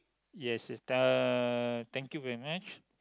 yes yes the thank you very much